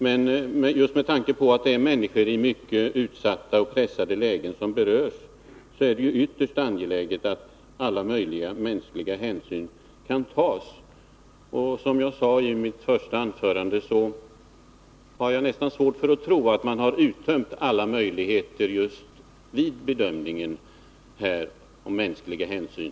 Men just med tanke på att det är människor i mycket utsatta och pressade lägen som berörs är det ytterst angeläget att alla möjliga mänskliga hänsyn kan tas. Som jag sade i mitt första anförande har jag svårt för att tro att man vid bedömningen av detta fall uttömt alla möjligheter när det gäller att ta mänskliga hänsyn.